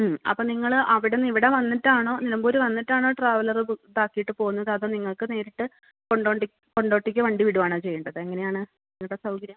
അപ്പം നിങ്ങൾ അവിടുന്ന് ഇവടെ വന്നിട്ടാണോ നിലമ്പൂർ വന്നിട്ടാണോ ട്രാവലറ് ഇതാകീട്ട് പോന്നതത് അതോ നിങ്ങൾക്ക് നേരിട്ട് കൊണ്ടോണ്ടി കൊണ്ടോട്ടിക്ക് നേരിട്ട് വണ്ടി വിടുവാണോ ചെയ്യേണ്ടത് എങ്ങനെയാണ് നിങ്ങളുടെ സൗകര്യം